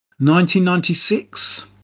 1996